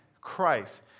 Christ